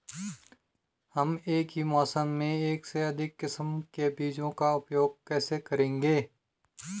हम एक ही मौसम में एक से अधिक किस्म के बीजों का उपयोग कैसे करेंगे?